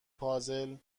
پازل